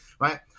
right